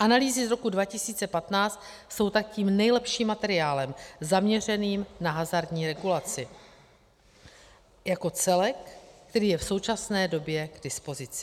Analýzy z roku 2015 jsou tak tím nejlepším materiálem zaměřeným na hazardní regulaci jako celek, který je v současné době k dispozici.